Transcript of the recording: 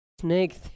Snake